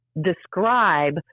describe